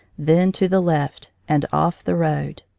then to the left, and off the road.